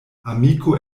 amiko